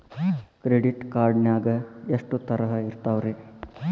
Credit card ನಾಗ ಎಷ್ಟು ತರಹ ಇರ್ತಾವ್ರಿ?